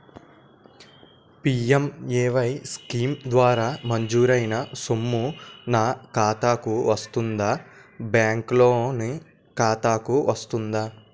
PMAY scheme ద్వారా మంజూరైన సొమ్ము నా ఖాతా కు వస్తుందాబ్యాంకు లోన్ ఖాతాకు వస్తుందా?